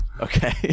Okay